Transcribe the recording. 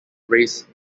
race